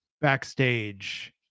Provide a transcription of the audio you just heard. backstage